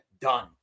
done